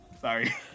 Sorry